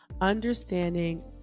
understanding